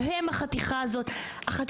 והם החתיכה הזאת חברים,